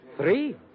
Three